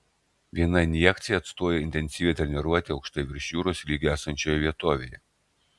viena injekcija atstoja intensyvią treniruotę aukštai virš jūros lygio esančioje vietovėje